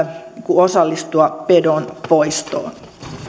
osallistua pedon poistoon